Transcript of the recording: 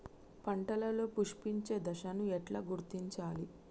పంటలలో పుష్పించే దశను ఎట్లా గుర్తించాలి?